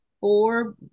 four